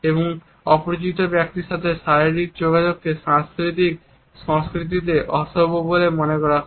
এবং অপরিচিত ব্যক্তির সাথে শারীরিক যোগাযোগকে জাপানি সংস্কৃতিতে অসভ্য বলে মনে করা হয়